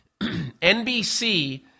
NBC